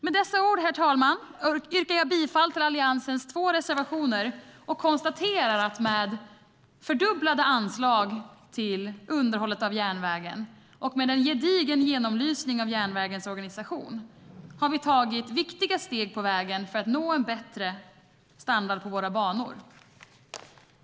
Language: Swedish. Med dessa ord, herr talman, yrkar jag bifall till Alliansens två reservationer och konstaterar att med fördubblade anslag till underhållet av järnvägen och med en gedigen genomlysning av järnvägens organisation har vi tagit viktiga steg för att nå en bättre standard på våra banor.